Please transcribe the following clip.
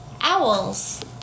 Owls